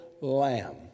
lamb